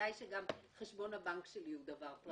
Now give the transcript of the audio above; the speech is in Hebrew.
בוודאי שגם חשבון הבנק שלי הוא דבר פרטי,